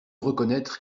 reconnaître